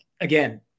again